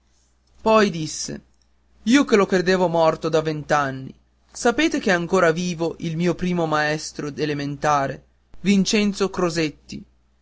poi disse e io che lo credevo morto da vent'anni sapete che è ancora vivo il mio primo maestro elementare vincenzo crosetti